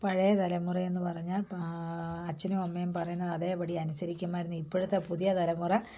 പഴയ തലമുറയെന്നു പറഞ്ഞാൽ അച്ഛനും അമ്മയും പറയുന്നത് അതേപടി അനുസരിക്കുമായിരുന്നു ഇപ്പോഴത്തെ പുതിയ തലമുറ